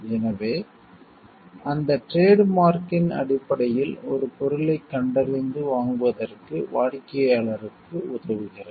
எனவே அந்த டிரேட் மார்க்யின் அடிப்படையில் ஒரு பொருளைக் கண்டறிந்து வாங்குவதற்கு வாடிக்கையாளருக்கு உதவுகிறது